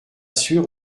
sûr